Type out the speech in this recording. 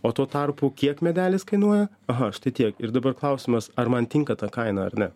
o tuo tarpu kiek medelis kainuoja aha štai tiek ir dabar klausimas ar man tinka ta kaina ar ne